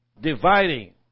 dividing